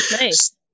Nice